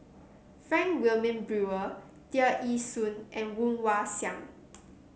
Frank Wilmin Brewer Tear Ee Soon and Woon Wah Siang